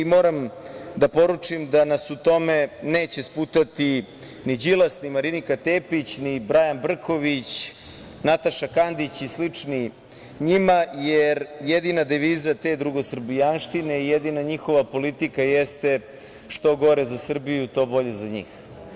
Moram da poručim da nas u tome neće sputati ni Đilas, ni Marinika Tepić, ni Brajan Brković, Nataša Kandić i slični njima, jer jedina deviza te drugosrbijanštine, jedina njihova politika jeste što gore za Srbiju, to bolje za njih.